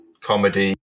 comedy